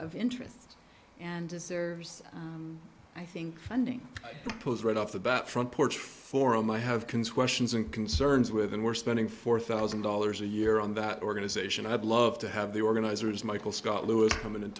of interest and deserves i think funding goes right off the bat front porch forum i have can squash and concerns with and we're spending four thousand dollars a year on that organization i'd love to have the organizers michael scott lewis come in and